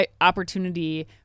opportunity